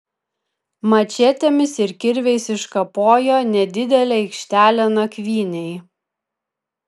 mačetėmis ir kirviais iškapojo nedidelę aikštelę nakvynei